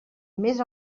mes